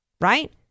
Right